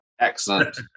Excellent